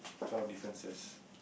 twelve differences